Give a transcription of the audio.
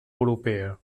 europea